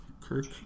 Kirk